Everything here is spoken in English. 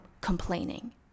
complaining